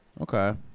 Okay